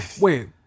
wait